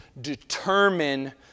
determine